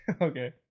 Okay